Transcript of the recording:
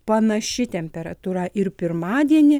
panaši temperatūra ir pirmadienį